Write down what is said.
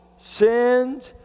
sins